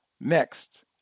Next